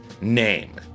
name